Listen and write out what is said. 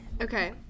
Okay